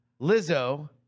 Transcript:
Lizzo